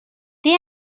they